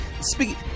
speak